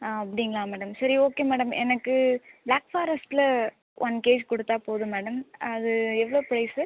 ஆ அப்படிங்களா மேடம் சரி okay madam எனக்குப் பிளாக் ஃபாரஸ்டில் ஒன் கேஜி கொடுத்தால் போதும் மேடம் அது எவ்வளோ ப்ரைஸ்